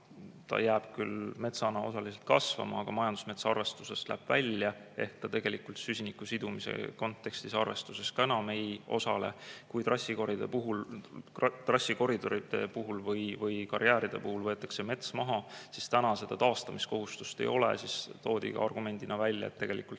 mis jääb küll metsana osaliselt kasvama, aga majandusmetsa arvestusest läheb välja, ehk ta tegelikult süsiniku sidumise kontekstis arvestuses enam ei osale. Kui trassikoridoride puhul või karjääride puhul võetakse mets maha, siis praegu seda taastamiskohustust ei ole. Argumendiks toodi, et